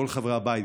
כל חברי הבית,